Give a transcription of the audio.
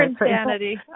insanity